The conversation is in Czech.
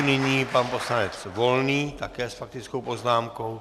Nyní pan poslanec Volný, také s faktickou poznámkou.